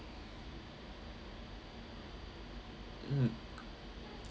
mm